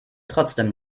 trotzdem